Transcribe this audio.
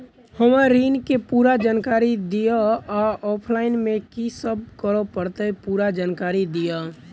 हम्मर ऋण केँ पूरा जानकारी दिय आ ऑफलाइन मे की सब करऽ पड़तै पूरा जानकारी दिय?